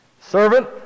Servant